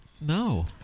No